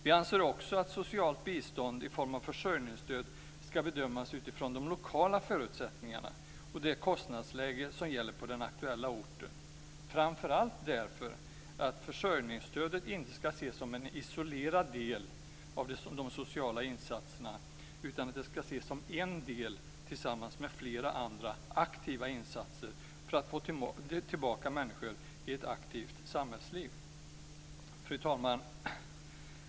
Vi anser också att socialt bistånd i form av försörjningsstöd ska bedömas utifrån de lokala förutsättningarna och det kostnadsläge som gäller på den aktuella orten, framför allt därför att försörjningsstödet inte ska ses som en isolerad del av de sociala insatserna utan ses som en del tillsammans med flera andra aktiva insatser för att få tillbaka människor i ett aktivt samhällsliv. Fru talman!